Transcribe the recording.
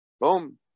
boom